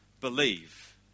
believe